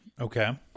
Okay